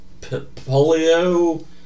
Polio